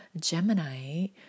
Gemini